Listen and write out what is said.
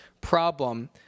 problem